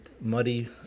muddy